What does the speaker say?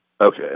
Okay